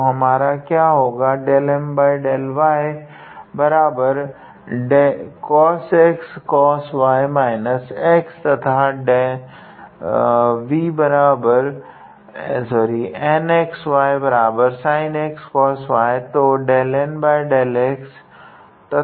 तो हमारा क्या होगा 𝜕𝑀𝜕𝑦cos𝑥cos𝑦−𝑥 तथा 𝑥𝑦sin𝑥cos𝑦